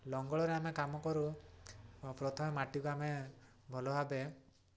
ଲଙ୍ଗଳରେ ଆମେ କାମ କରୁ ପ୍ରଥମେ ମାଟିକୁ ଆମେ ଭଲ ଭାବେ